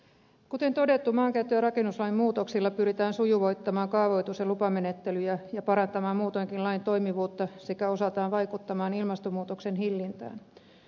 kuten todettu maankäyttö ja rakennuslain muutoksilla pyritään sujuvoittamaan kaavoitus ja lupamenettelyjä ja parantamaan muutoinkin lain toimivuutta sekä osaltaan vaikuttamaan ilmastonmuutoksen hillintään